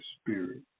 spirit